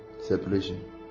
separation